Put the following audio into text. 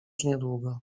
niedługo